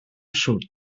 sud